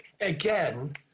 again